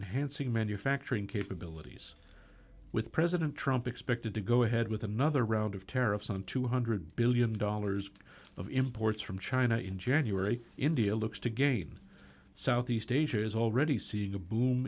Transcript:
enhancing manufacturing capabilities with president trump expected to go ahead with another round of tariffs on two hundred billion dollars of imports from china in january india looks to gain southeast asia is already seeing a boom